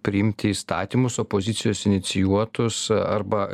priimti įstatymus opozicijos inicijuotus arba